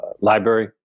library